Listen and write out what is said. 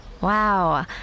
Wow